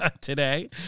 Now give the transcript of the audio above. today